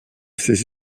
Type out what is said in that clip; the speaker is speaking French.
ses